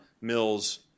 Mill's